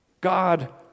God